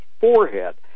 forehead